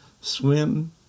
Swim